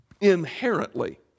inherently